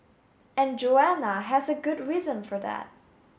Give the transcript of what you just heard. and Joanna has a good reason for that